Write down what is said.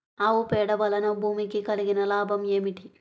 ఆవు పేడ వలన భూమికి కలిగిన లాభం ఏమిటి?